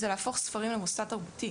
זה להפוך ספרים למוסד תרבותי.